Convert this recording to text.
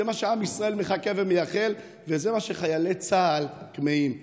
זה מה שעם ישראל מחכה ומייחל לו וזה מה שחיילי צה"ל כמהים לו.